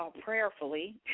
Prayerfully